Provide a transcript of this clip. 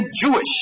Jewish